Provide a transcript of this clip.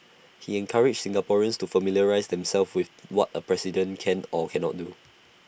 he encouraged Singaporeans to familiarise themselves with what A president can or cannot do